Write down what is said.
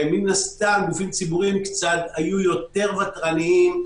מן הסתם גופים ציבוריים היו יותר ותרניים,